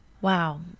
Wow